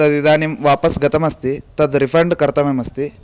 तदिदानीं वापस् गतमस्ति तद् रिफ़ण्ड् कर्तव्यमस्ति